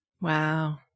Wow